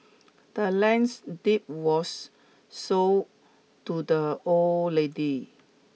the land's deed was sold to the old lady